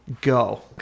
go